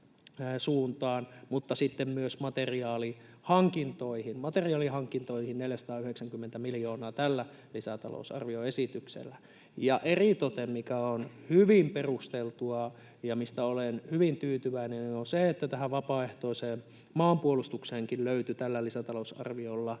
materiaalihankintoihin. Materiaalihankintoihin 490 miljoonaa tällä lisätalousarvioesityksellä. Eritoten mikä on hyvin perusteltua ja mistä olen hyvin tyytyväinen, on se, että vapaaehtoiseen maanpuolustukseenkin löytyi tällä lisätalousarviolla